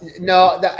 No